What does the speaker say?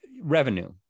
Revenue